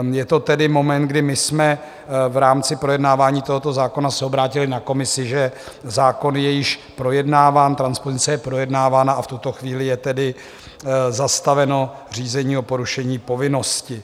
Je to tedy moment, kdy my jsme v rámci projednávání tohoto zákona se obrátili na Komisi, že zákon je již projednáván, transpozice je projednávána, a v tuto chvíli je tedy zastaveno řízení o porušení povinnosti.